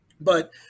but-